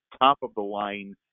top-of-the-line